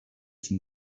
and